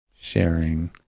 sharing